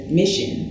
mission